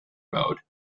mode